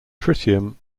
tritium